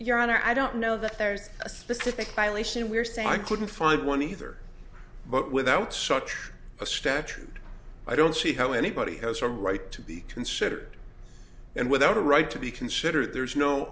your honor i don't know that there's a specific violation we're saying i couldn't find one either but without such a statute i don't see how anybody has a right to be considered and without a right to be considered there is no